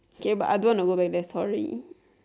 okay but I don't want to go back there sorry